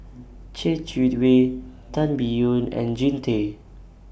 Yeh Chi Wei Tan Biyun and Jean Tay